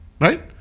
Right